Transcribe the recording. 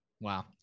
Wow